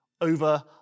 over